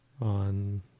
on